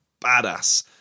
badass